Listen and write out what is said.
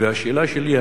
והשאלה שלי היא,